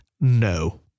no